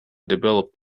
developed